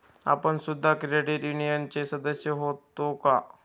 आपण सुद्धा क्रेडिट युनियनचे सदस्य होता का?